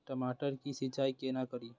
टमाटर की सीचाई केना करी?